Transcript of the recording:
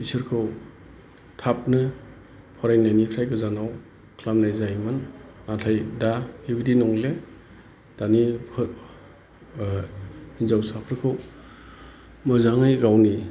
बिसोरखौ थाबनो फरायनायनिफ्राय गोजानाव खालामनाय जायोमोन नाथाय दा बिबादि नंले दानि हिनजावसाफोरखौ मोजाङै गावनि